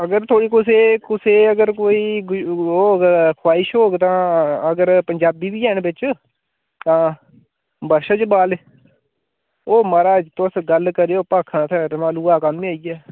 अगर थुआढ़ी कुसैई कुसैई अगर कोई होग ख्वाहिश होग तां अगर पंजाबी बी हैन बिच तां वर्षा जम्वाल ओह् माराज तुस गल्ल करेओ भाखां असें रमालुआ कम्म गै इ'यै